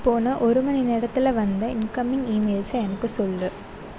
போன ஒரு மணி நேரத்தில் வந்த இன்கம்மிங் இமெயில்ஸை எனக்கு சொல்லு